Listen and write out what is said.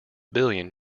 billion